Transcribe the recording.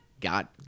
got